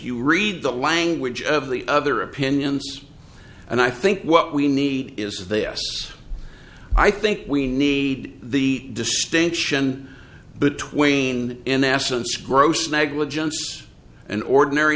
you read the language of the other opinions and i think what we need is there i think we need the distinction between in essence gross negligence and ordinary